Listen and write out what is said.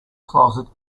closet